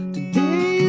Today